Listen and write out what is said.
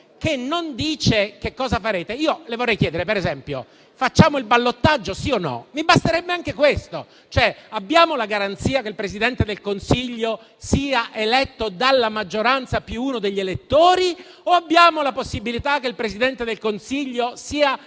che non spiega che cosa farete. Io le vorrei chiedere, per esempio: facciamo il ballottaggio, sì o no? Mi basterebbe anche questo. Abbiamo la garanzia che il Presidente del Consiglio sia eletto dalla maggioranza più uno degli elettori o vi è la possibilità che il Presidente del Consiglio sia